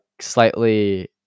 slightly